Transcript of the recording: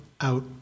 out